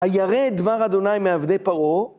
הירא דבר אדוני מעבדי פרעה